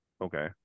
okay